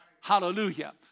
Hallelujah